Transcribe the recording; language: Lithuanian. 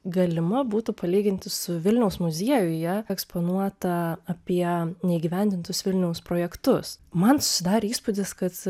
galima būtų palyginti su vilniaus muziejuje eksponuota apie neįgyvendintus vilniaus projektus man susidarė įspūdis kad